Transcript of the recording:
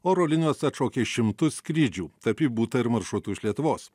oro linijos atšaukė šimtus skrydžių tarp jų būta ir maršrutų iš lietuvos